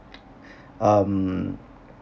um